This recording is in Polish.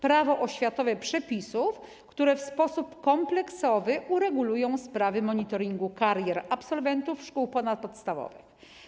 Prawo oświatowe przepisów, które w sposób kompleksowy uregulują sprawy monitoringu karier absolwentów szkół ponadpodstawowych.